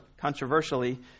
controversially